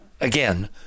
again